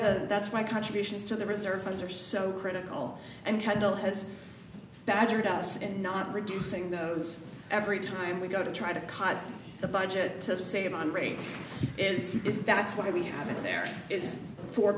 the that's my contributions to the reserve funds are so critical and cuddle has badgered us and not reducing those every time we go to try to cut the budget to save on rate is is that's why we have it there